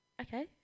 Okay